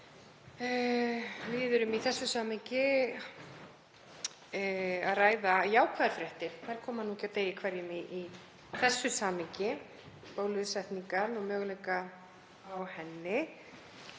Við erum í þessu samhengi að ræða jákvæðar fréttir, þær koma nú ekki á degi hverjum í þessu samhengi, um bólusetningu og möguleika á henni.